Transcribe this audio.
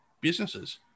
businesses